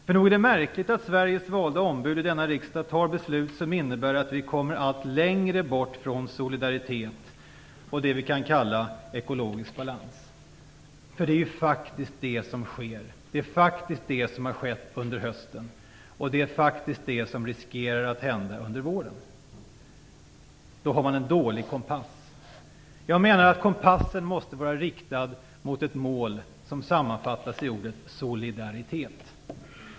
För nog är det märkligt att Sveriges valda ombud i denna riksdag fattar beslut som innebär att vi kommer allt längre bort från solidaritet och det vi kan kalla ekologisk balans. Det är ju faktiskt det som sker, det är faktiskt det som har skett under hösten, och det är faktiskt det som riskerar att hända under våren. Det visar att man har en dålig kompass. Jag menar att kompassen måste vara riktad mot ett mål som sammanfattas i ordet solidaritet.